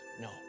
No